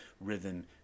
rhythm